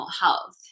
health